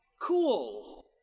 cool